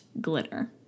glitter